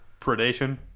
predation